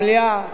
המליאה,